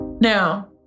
Now